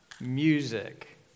music